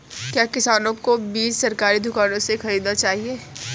क्या किसानों को बीज सरकारी दुकानों से खरीदना चाहिए?